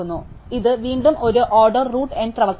അതിനാൽ ഇത് വീണ്ടും ഒരു ഓർഡർ റൂട്ട് N പ്രവർത്തനമാണ്